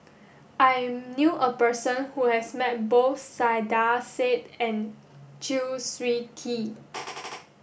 I knew a person who has met both Saiedah Said and Chew Swee Kee